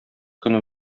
көне